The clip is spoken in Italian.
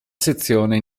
sezione